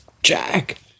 jack